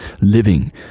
living